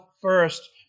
first